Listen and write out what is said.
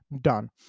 done